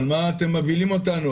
מה אתם מבהילים אותנו,